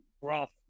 Roth